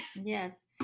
Yes